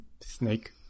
Snake